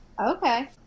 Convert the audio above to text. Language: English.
Okay